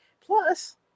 plus